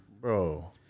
bro